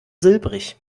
silbrig